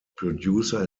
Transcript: producer